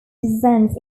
descends